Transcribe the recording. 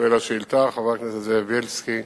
חבר הכנסת זאב בילסקי,